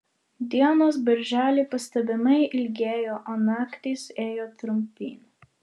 dienos birželį pastebimai ilgėjo o naktys ėjo trumpyn